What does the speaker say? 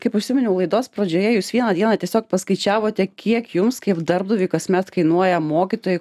kaip užsiminiau laidos pradžioje jūs vieną dieną tiesiog paskaičiavote kiek jums kaip darbdaviui kasmet kainuoja mokytojai